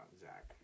Zach